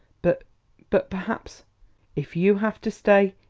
but but perhaps if you have to stay,